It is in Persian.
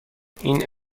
این